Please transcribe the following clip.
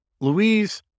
Louise